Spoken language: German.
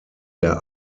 der